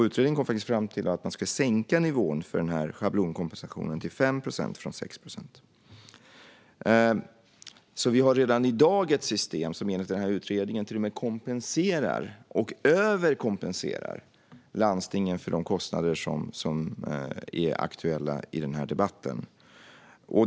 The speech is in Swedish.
Utredningen kom fram till att man borde sänka schablonkompensationen från 6 procent till 5 procent. Vi har alltså redan i dag ett system som kompenserar och till och med överkompenserar landstingen för de kostnader som är aktuella i den här debatten.